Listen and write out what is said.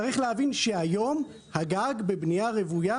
צריך להבין שהיום הגג בבנייה רוויה,